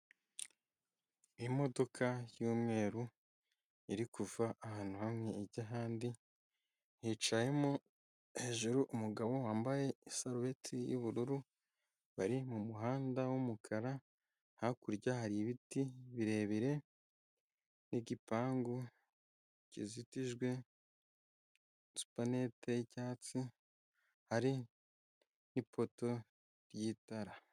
Imodoka y'umweru iri kuva ahantu hamwe ijyahandi, hicayemo hejuru umugabo wambaye Isarubeti y'ubururu, bari mu muhanda w'umukara, hakurya hari ibiti birebire n'igipangu kizitijwe supanete y'icyatsi hari n'ipoto y'itara.